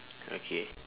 okay